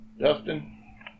Dustin